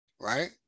right